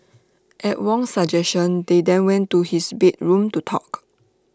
at Wong's suggestion they then went to his bedroom to talk